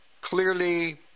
clearly